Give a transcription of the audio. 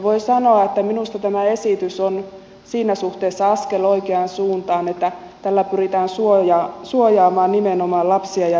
voi sanoa että minusta tämä esitys on siinä suhteessa askel oikeaan suuntaan että tällä pyritään suojaamaan nimenomaan lapsia ja nuoria